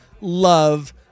love